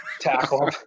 tackle